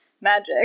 magic